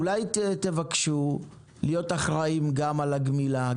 אולי תבקשו להיות אחראים גם על הגמילה,